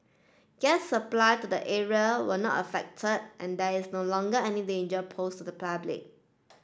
gas supply to the area was not affected and there is no longer any danger posed to the public